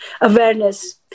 awareness